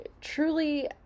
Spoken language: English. truly